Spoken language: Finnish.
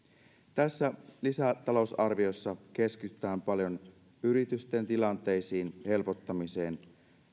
tässä lisätalousarviossa keskitytään paljon yritysten tilanteisiin niiden helpottamiseen